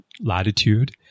latitude